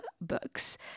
books